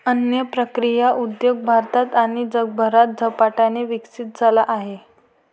अन्न प्रक्रिया उद्योग भारतात आणि जगभरात झपाट्याने विकसित झाला आहे